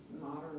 modern